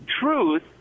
truth